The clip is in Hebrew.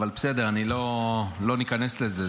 אבל בסדר, לא ניכנס לזה.